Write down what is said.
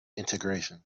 integration